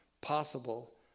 possible